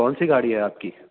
کون سی گاڑی ہے آپ کی